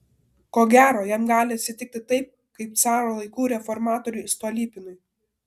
ko gero jam gali atsitikti taip kaip caro laikų reformatoriui stolypinui